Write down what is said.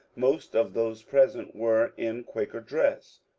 most of those present were in quaker dress,